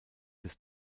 des